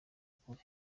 ukuri